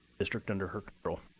district under her control.